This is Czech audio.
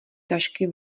tašky